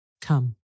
Come